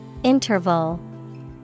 Interval